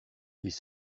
ils